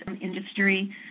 industry